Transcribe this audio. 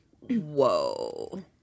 Whoa